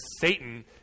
Satan